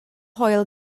hwyl